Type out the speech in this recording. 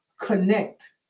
connect